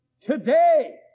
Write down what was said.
today